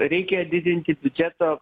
reikia didinti biudžeto